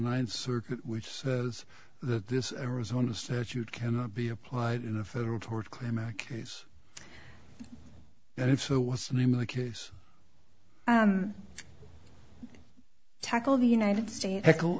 ninth circuit which says that this arizona statute cannot be applied in a federal tort claim a case and if so what's the name of the case tackle the united states tackle